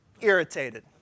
irritated